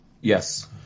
Yes